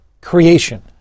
creation